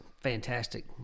fantastic